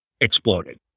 exploded